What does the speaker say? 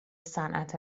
صنعت